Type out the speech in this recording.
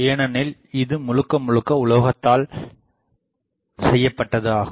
ஏனெனில் இது முழுக்க முழுக்க உலோகத்தால் செய்யப்பட்டது ஆகும்